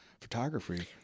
photography